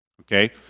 Okay